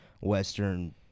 Western